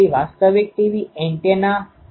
તેથી સિસ્ટમના કેન્દ્રમાં રેફરન્સ એન્ટેના છે